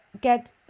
get